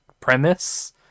premise